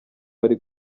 bari